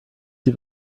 die